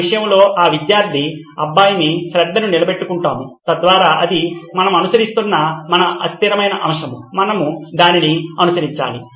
మన విషయంలో ఆ విధ్యార్ది అబ్బాయి శ్రద్ధను నిలబెట్టుకుంటాము తద్వారా అది మనము అనుసరిస్తున్న మన అస్థిరమైన అంశం మనము దానిని అనుసరించాలి